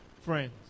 friends